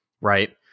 Right